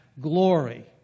glory